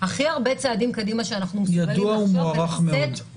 הכי הרבה צעדים קדימה שאנחנו מסוגלים כדי לחשוב